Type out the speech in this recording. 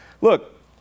Look